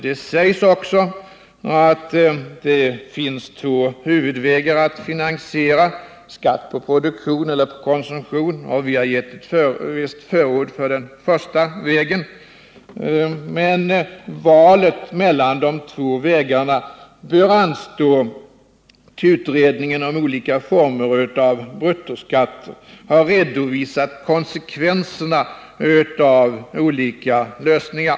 Det sägs också att det finns två huvudvägar att finansiera reformen: skatt på produktion eller skatt på konsumtion. Vi har givit visst förord för den första vägen. Men valet mellan de två vägarna bör anstå tills utredningen om olika former av bruttoskatter har redovisat konsekvenserna av olika lösningar.